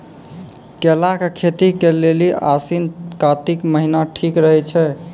केला के खेती के लेली आसिन कातिक महीना ठीक रहै छै